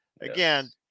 again